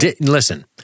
listen